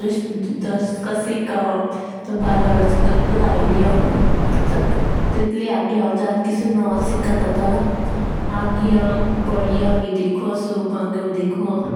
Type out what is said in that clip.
जस दास का सिखाया होन तो टेटके बरोदी लाइन होन तो टेटसे आगी रा चलि पता की नवादा सिखाया होन।